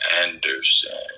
Anderson